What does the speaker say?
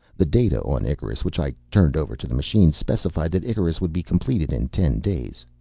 the data on icarus which i turned over to the machines specified that icarus would be completed in ten days.